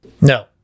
No